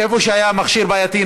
איפה שהיה מכשיר בעייתי,